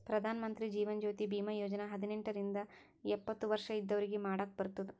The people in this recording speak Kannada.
ಪ್ರಧಾನ್ ಮಂತ್ರಿ ಜೀವನ್ ಜ್ಯೋತಿ ಭೀಮಾ ಯೋಜನಾ ಹದಿನೆಂಟ ರಿಂದ ಎಪ್ಪತ್ತ ವರ್ಷ ಇದ್ದವ್ರಿಗಿ ಮಾಡಾಕ್ ಬರ್ತುದ್